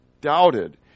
doubted